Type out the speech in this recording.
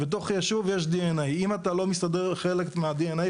בתוך ישוב יש DNA. אם אתה לא מסתדר חלק מה-DNA,